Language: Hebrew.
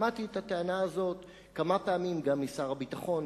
שמעתי את הטענה הזאת כמה פעמים גם משר הביטחון,